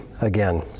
again